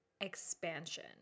expansion